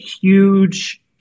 huge